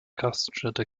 gaststätte